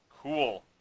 Cool